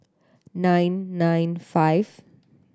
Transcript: nine nine five